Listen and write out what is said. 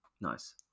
Nice